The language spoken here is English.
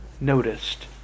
noticed